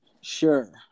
Sure